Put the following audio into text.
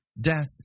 Death